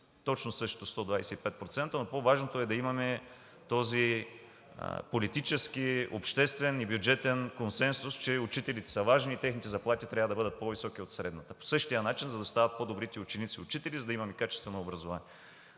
точно същото, 125%. По-важното е да имаме този политически, обществен и бюджетен консенсус, че учителите са важни и техните заплати трябва да бъдат по-високи от средната по същия начин – за да стават по-добрите ученици учители, за да имаме качествено образование.